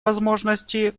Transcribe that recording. возможности